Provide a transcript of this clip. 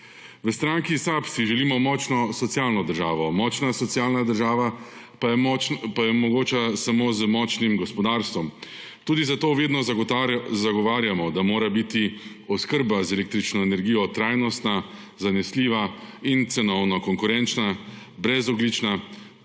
stranki SAB si želimo močno socialno državo, močna socialna država pa je mogoča samo z močnim gospodarstvom. Tudi zato vedno zagovarjamo, da mora biti oskrba z električno energijo trajnostna, zanesljiva in cenovno konkurenčna, brezogljična,